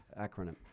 Acronym